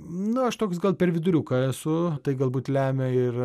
nu aš toks gal per viduriuką esu tai galbūt lemia ir